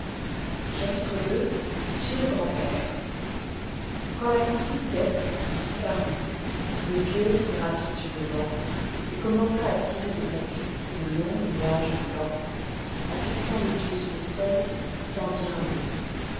chapitre ii chez le grand-père quand la cousine dete eut disparu le vieux se rassit sur le banc et commença à tirer de sa pipe de longs nuages blancs en fixant les yeux sur le sol sans dire un mot